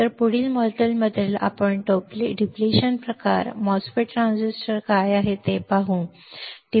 आता पुढील मॉड्यूलमध्ये आपण डिप्लेशन प्रकार एमओएस ट्रान्झिस्टर काय आहे ते पाहू